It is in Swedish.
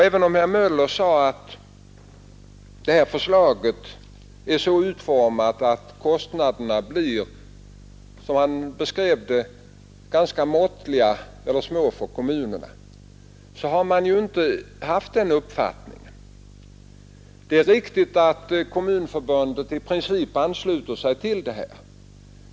Även om herr Möller i Gävle sade att det här förslaget är så utformat att kostnaderna blir, som han beskrev det, ganska måttliga eller små för kommunerna, så har man ju inte på kommunalhåll haft den uppfattningen. Det är riktigt att Kommunförbundet i princip anslutit sig till förslaget.